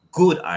good